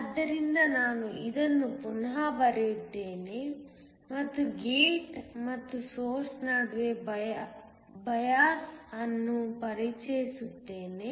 ಆದ್ದರಿಂದ ನಾನು ಇದನ್ನು ಪುನಃ ಬರೆಯುತ್ತೇನೆ ಮತ್ತು ಗೇಟ್ ಮತ್ತು ಸೋರ್ಸ್ ನಡುವೆ ಪಬಯಾಸ್ ಅನ್ನು ಪರಿಚಯಿಸುತ್ತೇನೆ